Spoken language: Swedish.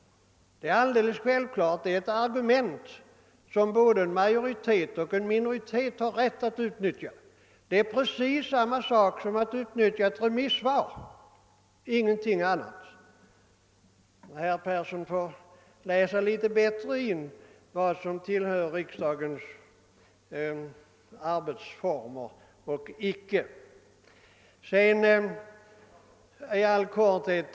Det är självfallet argument som både en majoritet och en minoritet har rätt att utnyttja. Det är samma sak som att använda ett remissvar — ingenting annat. Herr Persson får läsa in litet bättre vad som tillhör riksdagens arbetsformer och vad som inte gör det.